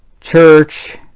church